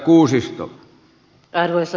arvoisa puhemies